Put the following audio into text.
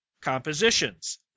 compositions